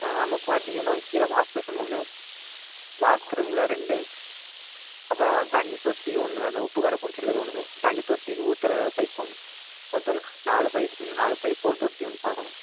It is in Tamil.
நமக்கு பார்த்திங்கன்னா கீழே வாஷ்பேஷன் ஒன்று பாத்ரூமில் ரெண்டு அப்புறம் தண்ணி தொட்டி ஒன்று அந்த உப்புக்கறை பிடிச்சிருக்குறது ஒன்று தண்ணித்தொட்டி ஊத்துகிற பைப்பு ஒன்று மொத்தம் நாலு பைப்பு நாலு பைப்பு ஒரு தொட்டி ஒன்று பார்க்கணும்